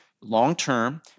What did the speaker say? long-term